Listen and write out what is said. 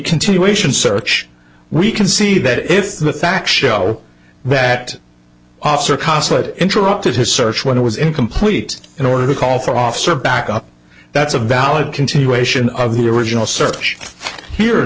continuation search we can see that if the fact show that officer consulate interrupted his search when it was incomplete in order to call for officer backup that's a valid continuation of the original search here